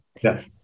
Yes